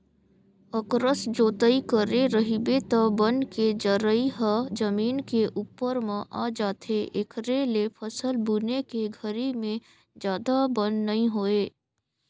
अकरस जोतई करे रहिबे त बन के जरई ह जमीन के उप्पर म आ जाथे, एखरे ले फसल बुने के घरी में जादा बन नइ होय